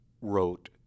wrote